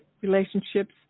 relationships